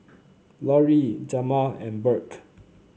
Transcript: Lori Jamar and Burke